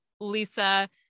Lisa